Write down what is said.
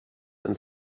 and